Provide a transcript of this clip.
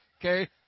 okay